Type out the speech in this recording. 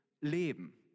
leben